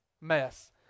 mess